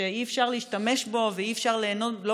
שאי-אפשר להשתמש בו ואי-אפשר ליהנות ממנו לא